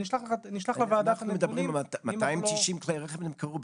אני אשלח לוועדה את הנתונים --- אנחנו מדברים על 290 כלי רכב שנמכרו,